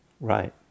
right